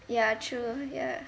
ya true ya